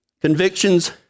Convictions